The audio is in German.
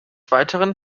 weiteren